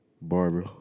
Barbara